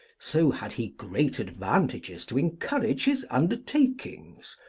so had he great advantages to encourage his undertakings,